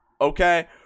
okay